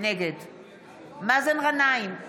מאזן גנאים,